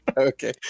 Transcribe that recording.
Okay